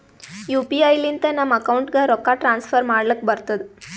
you P I ಲಿಂತ ನಮ್ ಅಕೌಂಟ್ಗ ರೊಕ್ಕಾ ಟ್ರಾನ್ಸ್ಫರ್ ಮಾಡ್ಲಕ್ ಬರ್ತುದ್